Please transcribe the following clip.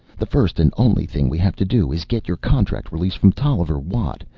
the first and only thing we have to do is get your contract release from tolliver watt.